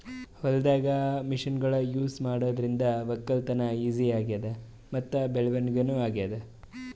ಹೊಲ್ದಾಗ್ ಮಷಿನ್ಗೊಳ್ ಯೂಸ್ ಮಾಡಾದ್ರಿಂದ ವಕ್ಕಲತನ್ ಈಜಿ ಆಗ್ಯಾದ್ ಮತ್ತ್ ಬೆಳವಣಿಗ್ ನೂ ಆಗ್ಯಾದ್